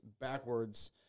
backwards